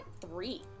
three